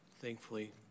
Thankfully